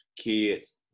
kids